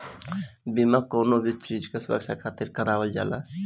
बीमा कवनो भी चीज के सुरक्षा खातिर करवावल जाला